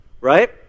right